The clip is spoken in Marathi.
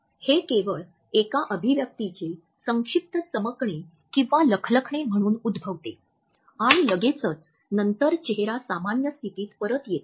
हे केवळ एका अभिव्यक्तीचे संक्षिप्त चमकणे किंवा लखलखणे म्हणून उद्भवते आणि लगेचच नंतर चेहरा सामान्य स्थितीत परत येतो